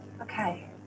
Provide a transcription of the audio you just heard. Okay